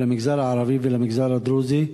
למגזר הערבי ולמגזר הדרוזי?